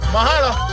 Mahalo